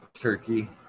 turkey